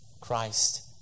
Christ